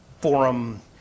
Forum